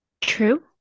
True